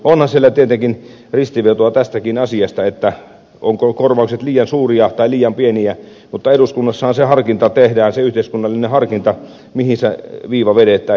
onhan siellä tietenkin ristivetoa tästäkin asiasta ovatko korvaukset liian suuria tai liian pieniä mutta eduskunnassahan se harkinta tehdään se yhteiskunnallinen harkinta mihin se viiva vedetään